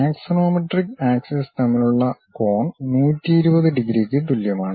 axonometric axis തമ്മിലുള്ള കോൺ 120 ഡിഗ്രിക്ക് തുല്യമാണ്